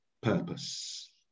purpose